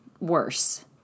Worse